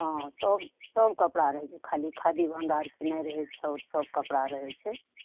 हँ सब सब कपड़ा रहै छै खाली खादी भण्डारके नहि रहै छै आओर सब कपड़ा रहै छै